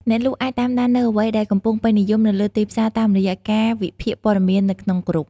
អ្នកលក់អាចតាមដាននូវអ្វីដែលកំពុងពេញនិយមនៅលើទីផ្សារតាមរយៈការវិភាគព័ត៌មាននៅក្នុងគ្រុប។